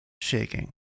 shaking